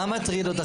מה מטריד אותך,